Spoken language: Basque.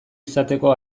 izateko